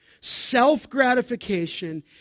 self-gratification